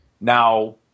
Now